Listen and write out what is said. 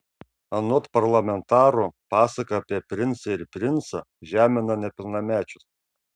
anot parlamentaro pasaka apie princą ir princą žemina nepilnamečius